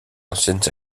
anciennes